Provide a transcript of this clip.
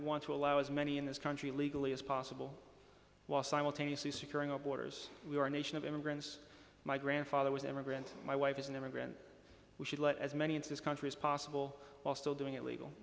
want to allow as many in this country legally as possible while simultaneously securing our borders we are a nation of immigrants my grandfather was an immigrant my wife is an immigrant we should let as many into this country as possible while still doing it legal